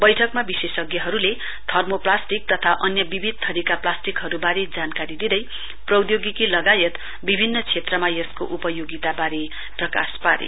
बैठकमा विशेषज्ञहरुले थर्मोप्लास्टिक तथा अन्य विविध थरीका प्लास्टिकहरुवारे जानकारी दिँदै प्रौधोगिकी लगायत विभिन्न क्षेत्रमा यसको उपयोगितावारे प्रकाश पारे